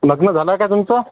लग्न झालं आहे का तुमचं